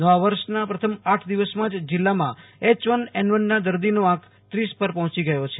નવા વર્ષના પ્રથમ આઠ દિવસમાં જ જિલ્લામાં એચવન એનવનના દર્દીનો આંક ત્રીસ પર પહોંચી ગયો છે